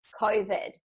COVID